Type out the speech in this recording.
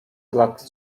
lat